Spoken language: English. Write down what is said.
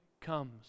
comes